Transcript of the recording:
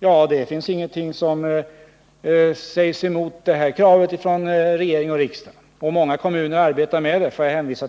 Regering och riksdag har ingen motsatt uppfattning när det gäller det kravet. Många kommuner arbetar redan med sådana åtgärdsprogram.